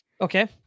Okay